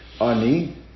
Ani